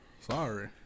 Sorry